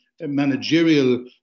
managerial